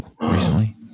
recently